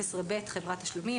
"(11ב)חברת תשלומים.